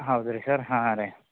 ಹೌದ್ ರೀ ಸರ್ ಹಾಂ ರೀ